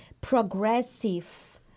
progressive